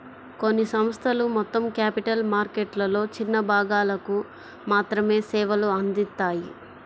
కొన్ని సంస్థలు మొత్తం క్యాపిటల్ మార్కెట్లలో చిన్న భాగాలకు మాత్రమే సేవలు అందిత్తాయి